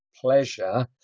pleasure